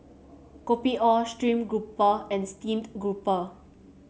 Kopi O stream grouper and Steamed Grouper